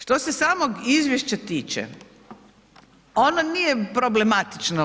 Što se samog izvješća tiče, ono nije problematično.